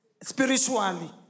Spiritually